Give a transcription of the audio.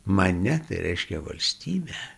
mane tai reiškia valstybę